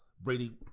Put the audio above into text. Brady